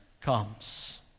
comes